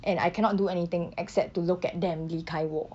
and I cannot do anything except to look at them 离开我